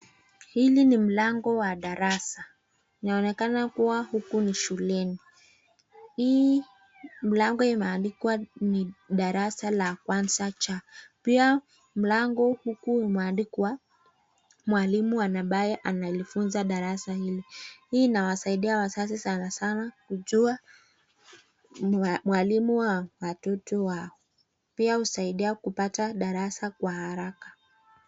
Hili ni mlango wa darasa, inaonekana kuwa huku ni shuleni. Hii mlango imeandikwa ni darasa la kwanza cha, pia mlango huku umeandikwa mwalimu wana bae analifunza darasa hili. Hii inawasaidia wazazi sana sana kujua mwalimu wa watoto wao pia husaidia kupata darasa kwa haraka.